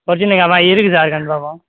ஒர்ஜினலாவாக இருக்கு சார் கன்ஃபார்மாக